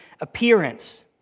appearance